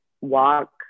walk